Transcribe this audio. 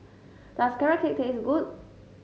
does Carrot Cake taste good